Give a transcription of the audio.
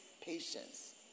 patience